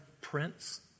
prince